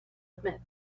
admit